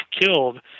killed